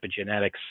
epigenetics